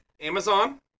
Amazon